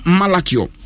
malakio